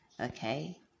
Okay